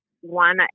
one